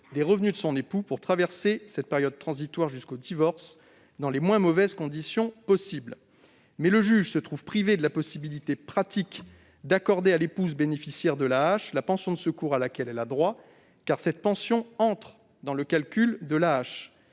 des revenus de son époux pour traverser la période transitoire jusqu'au divorce dans les moins mauvaises conditions possible. Le juge se trouve pourtant privé de la possibilité pratique d'accorder à l'épouse bénéficiaire de l'AAH la pension de secours à laquelle elle a droit, car cette pension entre dans le calcul de l'AAH,